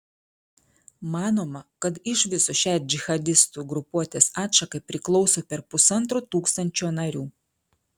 manoma kad iš viso šiai džihadistų grupuotės atšakai priklauso per pusantro tūkstančio narių